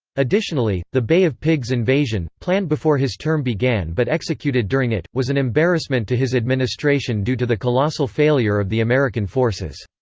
additionally, the bay of pigs invasion, planned before his term began but executed during it, was an embarrassment to his administration due to the colossal failure of the american forces.